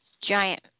giant